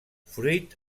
fruit